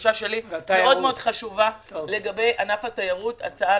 בקשה מאוד מאוד חשובה שלי לגבי ענף התיירות הצעה